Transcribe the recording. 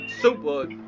super